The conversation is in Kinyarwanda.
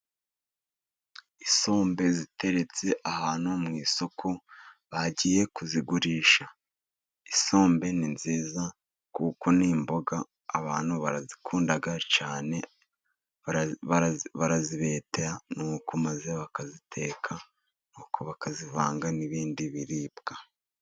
Isombe ziteretse ahantu mu isoko bagiye kuzigurisha, isombe ni nziza kuko n'imboga abantu barazikunda cyane, barazibeta nuko maze bakaziteka, nuko bakazivanga n'ibindi biribwa.